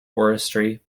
forestry